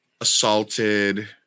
assaulted